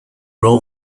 role